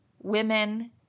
women